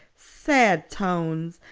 sad tones.